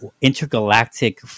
intergalactic